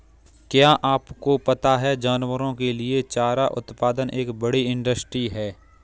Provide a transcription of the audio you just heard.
क्या आपको पता है जानवरों के लिए चारा उत्पादन एक बड़ी इंडस्ट्री है?